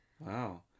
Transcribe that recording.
Wow